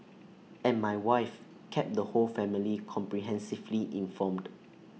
and my wife kept the whole family comprehensively informed